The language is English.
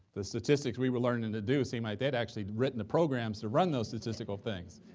the statistics we were learning to do, seemed like they'd actually written the programs to run those statistical things.